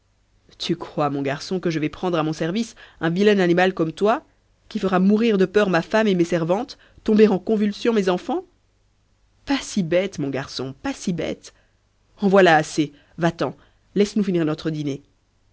tu crois mon garçon que je vais prendre à mon service un vilain animal comme toi qui fera mourir de peur ma femme et mes servantes tomber en convulsions mes enfants pas si bête mon garçon pas si bête en voilà assez va-t'en laisse-nous finir notre dîner